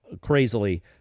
crazily